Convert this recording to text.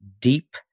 deep